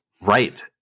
Right